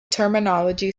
terminology